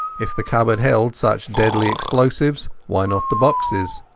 if the cupboard held such deadly explosives, why not the boxes?